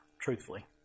truthfully